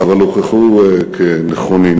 אבל הוכחו כנכונים.